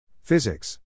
Physics